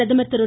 பிரதமர் திரு